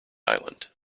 island